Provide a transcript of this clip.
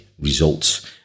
results